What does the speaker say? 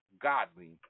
godly